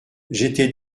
j’étais